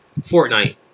Fortnite